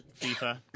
FIFA